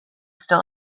still